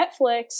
netflix